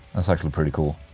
that's actually pretty cool